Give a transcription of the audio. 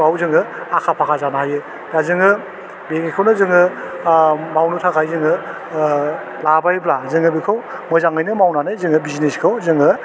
आव जोङो आखा फाखा जानो हायो दा जोङो बेखौनो जोङो आह मावनो थाखाय जोङो ओह लाबायब्ला जोङो बिखौ मोजाङैनो मावनानै जोङो बिजनेसखौ जोङो